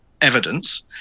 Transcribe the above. evidence